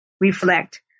reflect